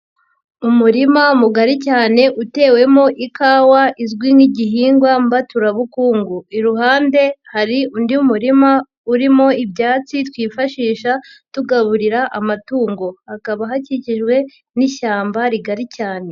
Umurima mugari cyane, utewemo ikawa izwi n'igihingwa mbaturabukungu. Iruhande hari undi murima, urimo ibyatsi twifashisha tugaburira amatungo. Hakaba hakikijwe n'ishyamba rigari cyane.